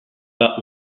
pas